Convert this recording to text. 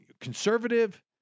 conservative